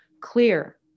clear